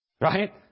right